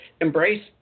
embrace